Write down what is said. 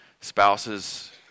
spouses